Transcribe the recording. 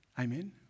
Amen